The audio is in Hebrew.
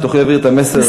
כדי שתוכלי להעביר את המסר,